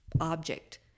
object